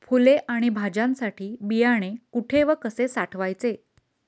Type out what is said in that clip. फुले आणि भाज्यांसाठी बियाणे कुठे व कसे साठवायचे?